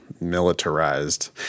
militarized